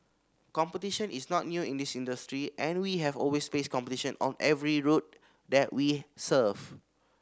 competition is not new in this industry and we have always faced competition on every route that we serve